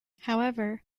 however